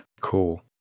Cool